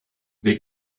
they